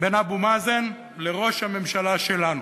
בין אבו מאזן לראש הממשלה שלנו.